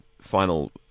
final